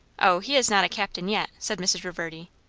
o, he is not a captain yet, said mrs. reverdy.